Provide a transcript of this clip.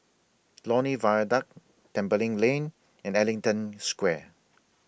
Lornie Viaduct Tembeling Lane and Ellington Square